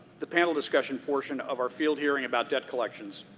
the panel discussion portion of our field hearing about debt collections.